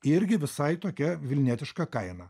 irgi visai tokia vilnietiška kaina